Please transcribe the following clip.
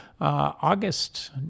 August